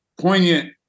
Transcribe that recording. poignant